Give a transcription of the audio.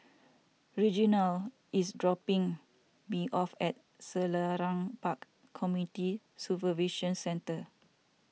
Reginald is dropping me off at Selarang Park Community Supervision Centre